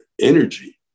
energy